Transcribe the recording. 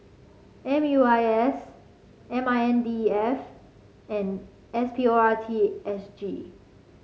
M U I S M I N D E F and S P O R T S G